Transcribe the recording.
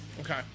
Okay